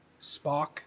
Spock